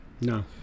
No